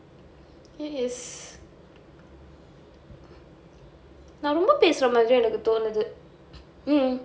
yes நான் ரொம்ப பேசுற மாறி எனக்கு தோணுது:naan romba pesura maari enakku thonuthu mm